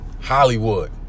Hollywood